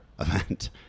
Event